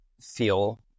feel